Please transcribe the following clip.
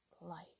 light